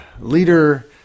leader